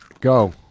Go